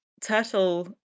turtle